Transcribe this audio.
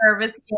service